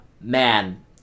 man